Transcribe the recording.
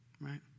Right